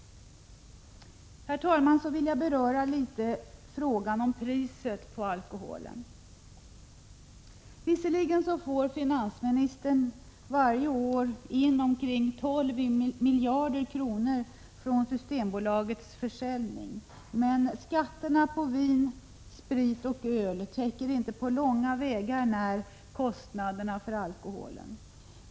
Herr talman! Så vill jag litet beröra frågan om priset på alkoholen. Visserligen får finansministern varje år in omkring 12 miljarder kronor från Systembolagets försäljning. Men skatterna på vin, sprit och öl täcker inte på långa vägar kostnaderna för alkoholen.